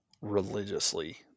religiously